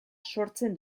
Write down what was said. sortzen